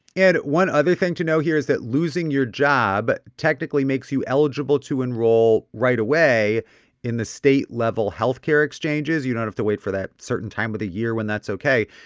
and one other thing to know here is that losing your job technically makes you eligible to enroll right away in the state-level health care exchanges. you don't have to wait for that certain time of the year when that's ok.